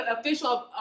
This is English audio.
official